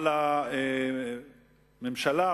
אבל הממשלה,